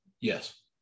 Yes